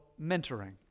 mentoring